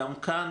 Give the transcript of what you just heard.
גם כאן